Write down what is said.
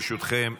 ברשותכם,